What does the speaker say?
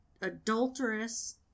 adulterous